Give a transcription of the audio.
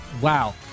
wow